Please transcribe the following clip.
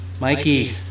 Mikey